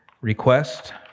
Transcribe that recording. request